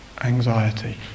anxiety